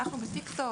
אנחנו ב"טיק-טוק",